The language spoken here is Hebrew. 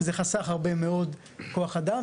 זה חסך הרבה מאוד כוח אדם,